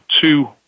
two